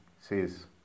says